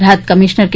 રાહત કમિશનર કે